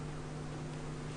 קוראים לי טל בר סיני,